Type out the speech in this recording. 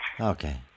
Okay